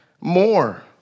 more